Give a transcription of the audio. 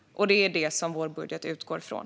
Det är det som vår budget utgår från.